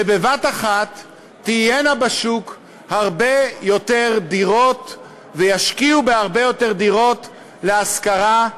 ובבת-אחת תהיינה בשוק הרבה יותר דירות וישקיעו בהרבה יותר דירות להשכרה,